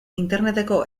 interneteko